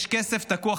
יש כסף תקוע,